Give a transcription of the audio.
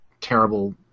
terrible